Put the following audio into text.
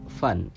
fun